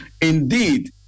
Indeed